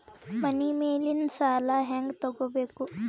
ಮನಿ ಮೇಲಿನ ಸಾಲ ಹ್ಯಾಂಗ್ ತಗೋಬೇಕು?